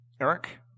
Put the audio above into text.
Eric